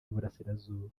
y’uburasirazuba